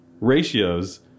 ratios